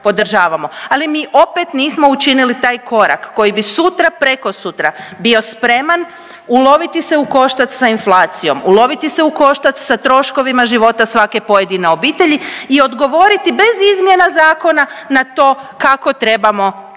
ali mi opet nismo učinili taj korak koji bi sutra, prekosutra bio spreman uloviti se ukoštac sa inflacijom, uloviti se u koštac sa troškovima života svake pojedine obitelji i odgovoriti bez izmjena zakona na to kako trebamo sustavno